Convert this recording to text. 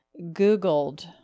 Googled